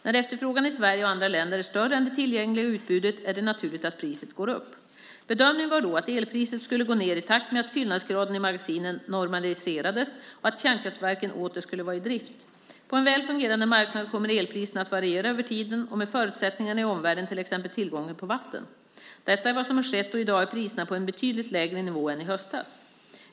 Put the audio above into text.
När efterfrågan i Sverige och andra länder är större än det tillgängliga utbudet är det naturligt att priset går upp. Bedömningen var då att elpriset skulle gå ned i takt med att fyllnadsgraden i magasinen normaliserades och att kärnkraftverken åter skulle vara i drift. På en väl fungerande marknad kommer elpriserna att variera över tiden och med förutsättningarna i omvärlden, till exempel tillgången på vatten. Detta är vad som sedan skett och i dag är priserna på en betydligt lägre nivå än i höstas.